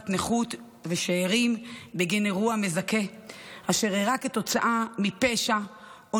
נכות ושאירים בגין אירוע מזכה אשר אירע כתוצאה מפשע או